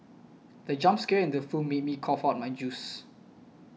the jump scare in the film made me cough out my juice